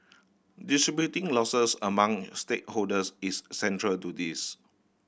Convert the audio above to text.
distributing losses among stakeholders is central to this